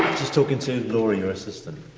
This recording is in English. just talking to laura, your assistant.